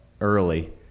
early